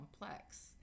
complex